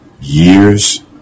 years